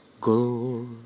go